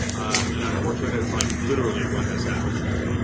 and unfortunately that's like literally what has happened here.